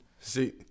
See